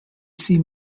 see